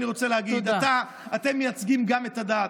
אני רוצה להגיד: גם אתם מייצגים את הדת.